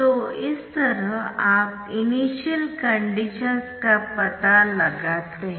तो इस तरह आप इनिशियल कंडीशंस का पता लगाते है